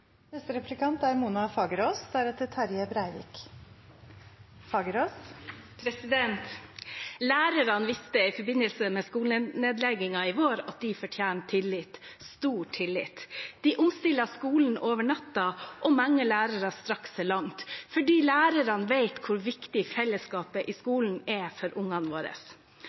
Lærerne viste i forbindelse med skolenedleggingen i vår at de fortjener tillit – stor tillit. De omstilte skolene over natten, og mange lærere strakte seg langt fordi de vet hvor viktig fellesskapet i skolen er for ungene våre.